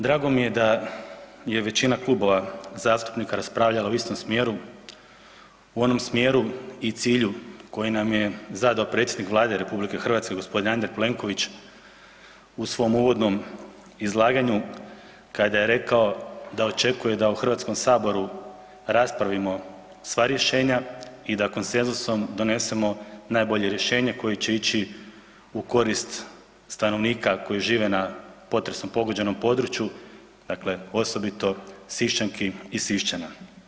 Drago mi je da je većina klubova zastupnika raspravljala u istom smjeru, u onom smjeru i cilju koji nam je zadao predsjednik Vlade RH, g. Andrej Plenković u svom uvodnom izlaganju kada je rekao da očekuje da u Hrvatskom saboru raspravimo sva rješenja i da konsenzusom donesemo najbolje rješenje koje će ići u korist stanovnika koji žive na potresom pogođenom području, dakle osobito Siščanki i Siščana.